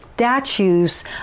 Statues